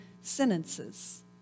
sentences